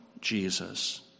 Jesus